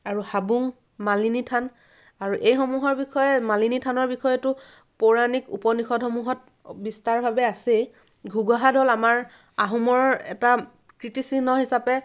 আৰু হাবুং মালিনী থান আৰু এইসমূহৰ বিষয়ে মালিনী থানৰ বিষয়েতো পৌৰাণিক উপনিষেদসমূহত বিস্তাৰভাৱে আছেই ঘুগুহা দ'ল আমাৰ আহোমৰ এটা কীৰ্তিচিহ্ন হিচাপে